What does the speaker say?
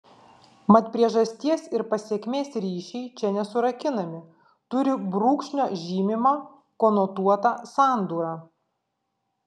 mat priežasties ir pasekmės ryšiai čia nesurakinami turi brūkšnio žymimą konotuotą sandūrą